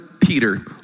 Peter